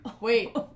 wait